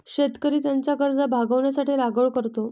शेतकरी त्याच्या गरजा भागविण्यासाठी लागवड करतो